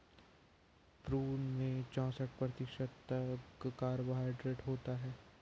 prune में चौसठ प्रतिशत तक कार्बोहायड्रेट होता है